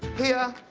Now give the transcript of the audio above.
here,